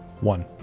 One